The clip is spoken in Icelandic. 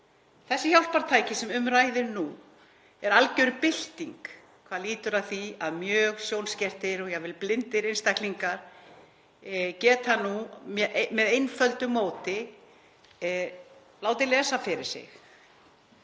Þessi hjálpartæki sem nú um ræðir eru alger bylting hvað lýtur að því að mjög sjónskertir og jafnvel blindir einstaklingar geta nú með einföldu móti látið lesa fyrir sig